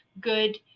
good